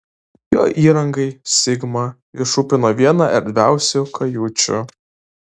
jo įrangai sigma išrūpino vieną erdviausių kajučių